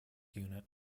unit